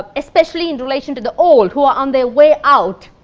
ah especially in relation to the old who are on their way out,